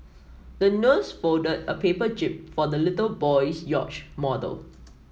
the nurse folded a paper jib for the little boy's yacht model